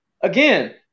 again